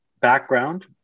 background